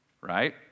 right